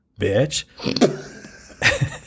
bitch